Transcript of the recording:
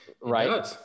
Right